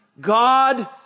God